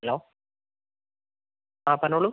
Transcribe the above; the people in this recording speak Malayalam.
ഹലോ ആ പറഞ്ഞോളൂ